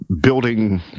building